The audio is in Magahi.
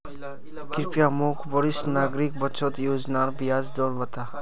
कृप्या मोक वरिष्ठ नागरिक बचत योज्नार ब्याज दर बता